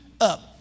up